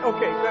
Okay